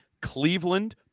Cleveland